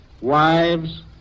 wives